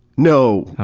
no!